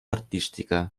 artística